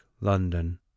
london